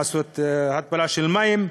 לעשות התפלה של מים,